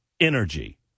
energy